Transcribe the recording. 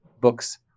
books